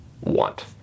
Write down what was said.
want